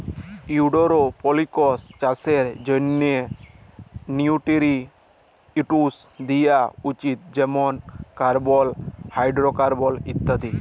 hydroponics চাষের জ্যনহে nutrients দিয়া উচিত যেমল কার্বল, হাইডোরোকার্বল ইত্যাদি